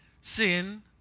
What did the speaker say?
sin